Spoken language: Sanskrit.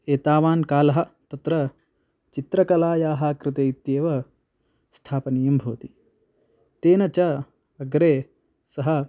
एतावत् कालः तत्र चित्रकलायाः कृते इत्येव स्थापनीयं भवति तेन च अग्रे सः